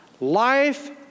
Life